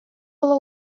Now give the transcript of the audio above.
было